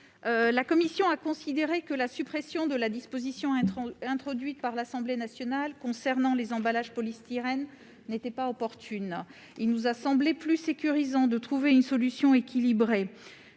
la commission ? La suppression de la disposition introduite par l'Assemblée nationale concernant les emballages en polystyrène n'est pas opportune. Il nous a semblé plus sécurisant de trouver une solution équilibrée.